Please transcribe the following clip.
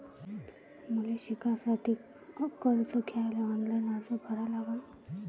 मले शिकासाठी कर्ज घ्याले ऑनलाईन अर्ज कसा भरा लागन?